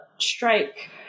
strike